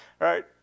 right